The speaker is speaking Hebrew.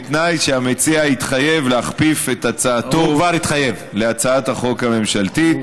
בתנאי שהמציע יתחייב להכפיף את הצעתו להצעת החוק הממשלתית.